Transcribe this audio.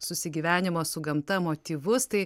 susigyvenimo su gamta motyvus tai